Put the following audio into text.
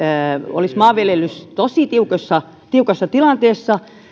olisi maanviljelys tosi tiukassa tiukassa tilanteessa